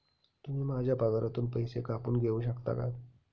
तुम्ही माझ्या पगारातून पैसे कापून घेऊ शकता का?